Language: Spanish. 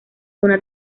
una